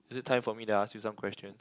is it time for me to ask you some question